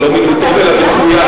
זה לא מינוי טוב אלא מצוין.